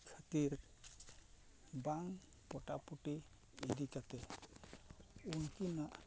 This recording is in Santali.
ᱠᱷᱟᱹᱛᱤᱨ ᱵᱟᱝ ᱯᱚᱴᱟᱯᱩᱴᱤ ᱤᱫᱤ ᱠᱟᱛᱮᱫ ᱩᱱᱠᱤᱱᱟᱜ